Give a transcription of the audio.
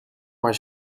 maar